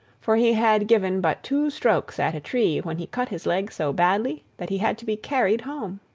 for he had given but two strokes at a tree when he cut his leg so badly that he had to be carried home.